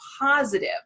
positive